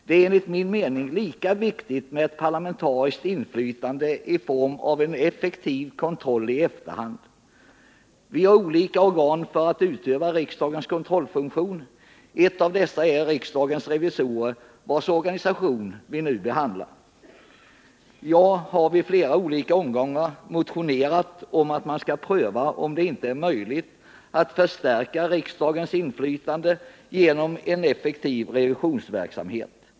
Det är enligt min mening lika viktigt med ett parlamentariskt inflytande i form av effektiv kontroll i efterhand. Vi har olika organ för att utöva riksdagens kontrollfunktion. Ett av dessa är riksdagens revisorer vars organisation vi nu behandlar. Jag har i flera olika omgångar motionerat om att man skall pröva om det inte är möjligt att förstärka riksdagens inflytande genom en effektivare revisionsverksamhet.